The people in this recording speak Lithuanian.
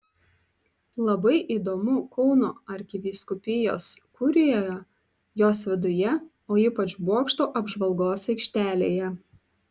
labai įdomu kauno arkivyskupijos kurijoje jos viduje o ypač bokšto apžvalgos aikštelėje